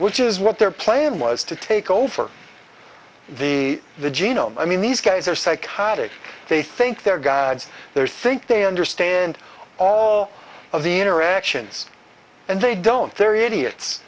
which is what their plan was to take over the the genome i mean these guys are psychotic they think they're gods they're think they understand all of the interactions and they don't they're idiots